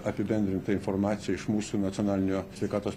apibendrintą informaciją iš mūsų nacionalinio sveikatos